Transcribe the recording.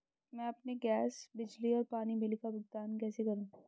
मैं अपने गैस, बिजली और पानी बिल का भुगतान कैसे करूँ?